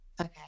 okay